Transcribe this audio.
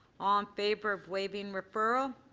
um favor of waiving referral.